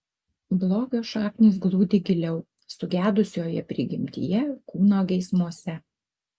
blogio šaknys glūdi giliau sugedusioje prigimtyje kūno geismuose